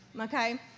okay